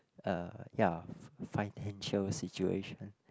uh ya financial situation